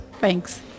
Thanks